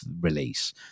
release